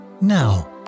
Now